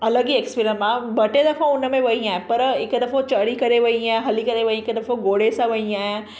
अलॻि ई एक्सपिरिअम आ ॿ टे दफ़ा उनमें वेई आहियां पर हिकु दफ़ो चढ़ी करे वेई आहियां हली करे वेई हिकु दफ़ो घोड़े सां वेई आहियां